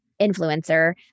influencer